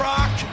Rock